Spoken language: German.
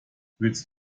willst